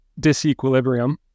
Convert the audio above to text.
disequilibrium